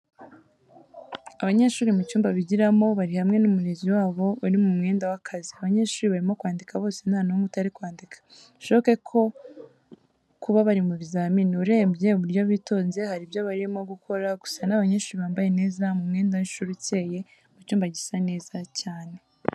Abanyeshuri mu cyumba bigiramo, bari hamwe n'umurezi wabo uri mu mwenda w'akazi. Abanyeshuri barimo kwandika bose nta n'umwe utari kwandika. Bishoboke kuba bari mu bizamini, urebye uburyo bitonze, hari ibyo barimo gukora gusa ni abanyeshuri bambaye neza mu mwenda w'ishuri ukeye, mu cyumba gisa nza cyane.